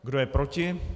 Kdo je proti?